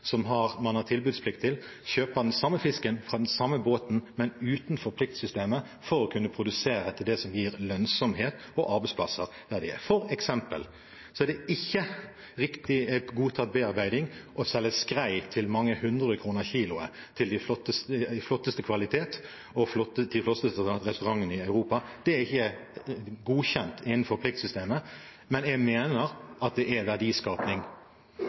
fisken fra den samme båten, men utenfor pliktsystemet, for å kunne produsere ut fra det som gir lønnsomhet og arbeidsplasser der de er. For eksempel er det ikke godtatt bearbeiding å selge skrei av den flotteste kvalitet til mange hundre kroner kiloet til de flotteste restaurantene i Europa. Det er ikke godkjent innenfor pliktsystemet, men jeg mener at det er